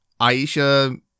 Aisha